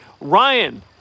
Ryan